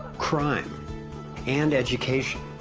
crime and education.